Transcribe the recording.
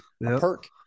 perk